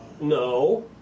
No